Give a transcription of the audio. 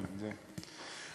אני יודע.